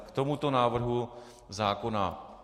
K tomuto návrhu zákona.